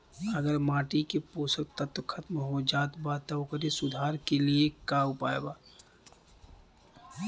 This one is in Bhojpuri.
अगर माटी के पोषक तत्व खत्म हो जात बा त ओकरे सुधार के लिए का उपाय बा?